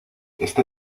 este